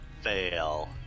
fail